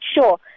sure